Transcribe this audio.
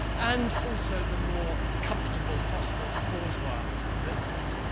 and also the more comfortable, prosperous, bourgeois villas.